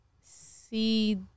see